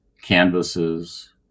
canvases